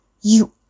You